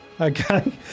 Okay